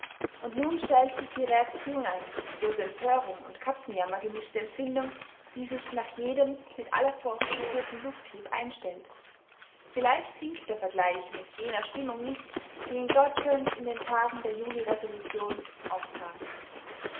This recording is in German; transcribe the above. und nun stellt sich die reaktion ein die aus empörung und katzenjammer gemischte empfindung die sich nach jedem mit aller force geführten lufthieb einstellt vielleicht hinkt der vergleich mit jener stimmung nicht die in deutschland in den tagen der juli-resolution aufkam